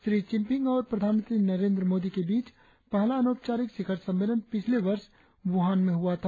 Shri Jinping और प्रधानमंत्री नरेंद्र मोदी के बीच पहला अनौपचारिक शिखर सम्मेलन पिछले वर्ष व्हान में हुआ था